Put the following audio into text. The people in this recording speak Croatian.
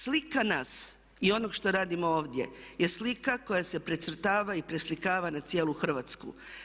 Slika nas i onog što radimo ovdje je slika koja se precrtava i preslikava na cijelu Hrvatsku.